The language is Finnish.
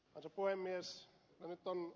nyt on ed